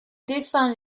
défend